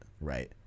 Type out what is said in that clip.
right